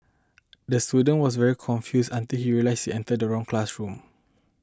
the student was very confuse until he realised he entered the wrong classroom